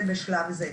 זה בשלב זה.